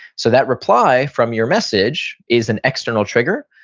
so that reply from your message is an external trigger,